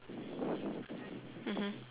mmhmm